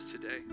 today